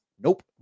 nope